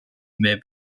may